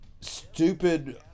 stupid